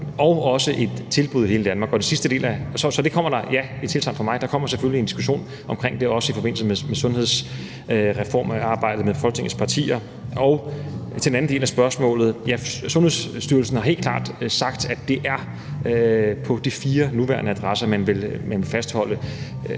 og også et tilbud i hele Danmark. Så ja, der kommer et tilsagn fra mig, og der kommer selvfølgelig også en diskussion omkring det i forbindelse med sundhedsreformarbejdet med Folketingets partier. Til den anden del af spørgsmålet: Ja, Sundhedsstyrelsen har helt klart sagt, at det er på de fire nuværende adresser, man vil fastholde